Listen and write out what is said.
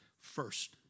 first